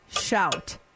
shout